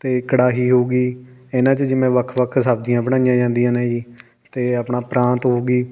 ਅਤੇ ਕੜਾਹੀ ਹੋ ਗਈ ਇਹਨਾਂ 'ਚ ਜਿਵੇਂ ਵੱਖ ਵੱਖ ਸਬਜ਼ੀਆਂ ਬਣਾਈਆਂ ਜਾਂਦੀਆਂ ਨੇ ਜੀ ਅਤੇ ਆਪਣਾ ਪਰਾਤ ਹੋ ਗਈ